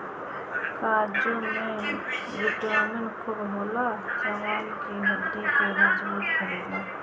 काजू में प्रोटीन खूब होला जवन की हड्डी के मजबूत करेला